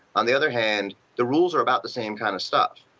on the other hand, the rules are about the same kind of stuff.